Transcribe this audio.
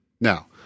Now